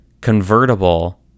convertible